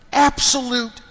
absolute